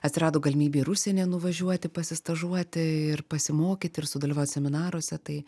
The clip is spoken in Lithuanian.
atsirado galimybė ir užsienyje nuvažiuoti pasistažuoti ir pasimokyt ir sudalyvaut seminaruose tai